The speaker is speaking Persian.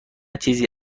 چیزی